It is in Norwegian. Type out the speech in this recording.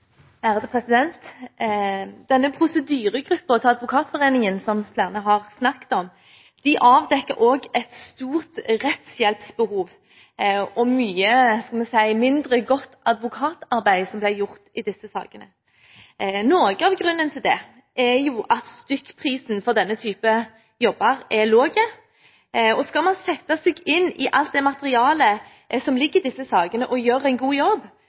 Denne prosedyregruppen til Advokatforeningen, som flere har snakket om, avdekker også et stort rettshjelpsbehov og mye – skal vi si – mindre godt advokatarbeid som blir gjort i disse sakene. Noe av grunnen til det er at stykkprisen for denne typen jobber er lav. Skal man sette seg inn i alt det materialet som ligger i disse sakene og gjøre en god jobb,